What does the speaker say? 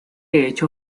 hecho